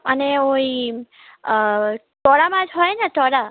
মানে ওই টোরা মাছ হয় না টোরা